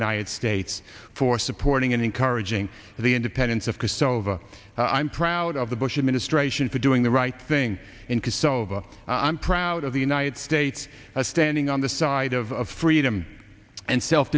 united states for supporting and encouraging the independence of kosovo i'm proud of the bush administration for doing the right thing in kosovo i'm proud of the united states standing on the side of freedom and self